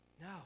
no